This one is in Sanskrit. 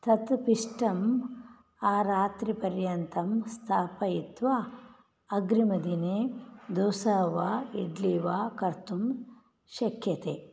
तत् पिष्टम् आरात्रिपर्यन्तं स्थापयित्वा अग्रिमदिने दोसा वा इड्ली वा कर्तुं शक्यते